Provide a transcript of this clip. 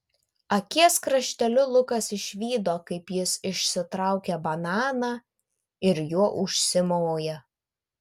akies krašteliu lukas išvydo kaip jis išsitraukia bananą ir juo užsimoja